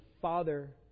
father